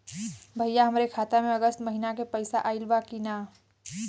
भईया हमरे खाता में अगस्त महीना क पैसा आईल बा की ना?